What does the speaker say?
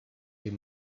est